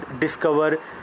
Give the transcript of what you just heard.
discover